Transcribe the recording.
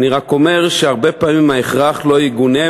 אני רק אומר שהרבה פעמים ההכרח לא יגונה,